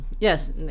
yes